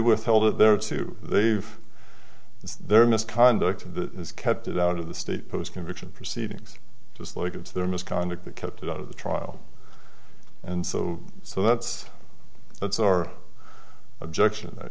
withheld it there too they gave their misconduct to kept it out of the state post conviction proceedings just like it was their misconduct that kept it out of the trial and so so that's that's or objection th